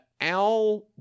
al